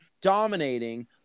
dominating